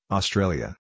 Australia